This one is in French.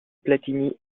platini